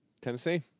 Tennessee